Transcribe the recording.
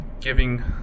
giving